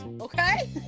okay